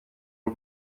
y’u